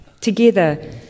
Together